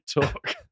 talk